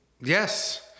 Yes